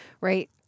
right